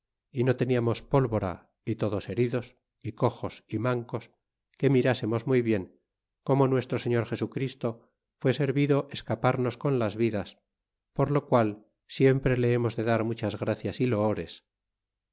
y no teniamos pólvora y todos heridos y coxos y mancos que mirásemos muy bien como nuestro señor jesu christo fué servido escaparnos con las vidas por lo qual siempre le hemos de dar muchas gracias y loores